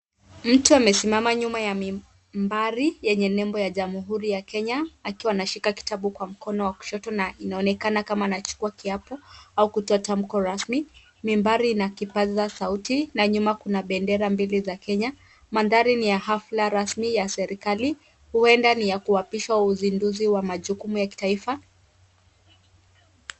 Mtu amesimama nyuma ya mibari yenye nembo ya jamhuri ya Kenya, akiwa anashika kitabu kwa mkono wa kushoto na inaonekana ni kama anachukua kiapo au kutoa tamko rasmi. Mibari ina kipaza sauti, na nyuma kuna bendera mbili za Kenya, mandhari ni ya hafla rasmi ya serikali, huenda ni ya kuapisha uzinduzi wa majukumu ya kitaifa.